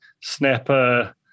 snapper